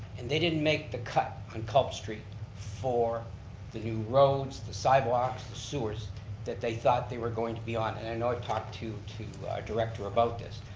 and they didn't make the cut on culp street for the new roads, the sidewalks, the sewers that they thought they were going to be on, and i know i talked to you to director about this.